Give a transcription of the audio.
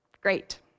Great